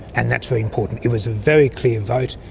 and that's very important. it was a very clear vote,